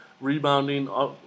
Rebounding